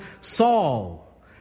Saul